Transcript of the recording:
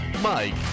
Mike